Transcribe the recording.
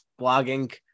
blogging